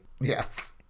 yes